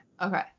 Okay